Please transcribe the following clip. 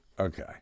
Okay